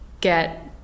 get